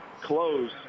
Close